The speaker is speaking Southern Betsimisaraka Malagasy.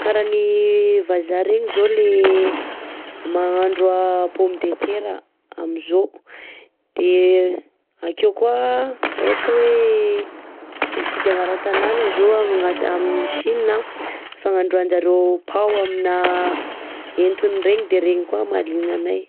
karan'ny vazaha regny zao le mahandro a pomme de terre aminjao, de akeo koà raha ohatra hoe hifidy agnaran-tanana zao agnatiny amin'ny Chine a fagnandroanjareo pao amina entona regny de regny koà mahalina anay.